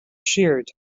cheered